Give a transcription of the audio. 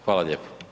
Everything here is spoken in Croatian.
Hvala lijepo.